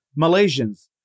Malaysians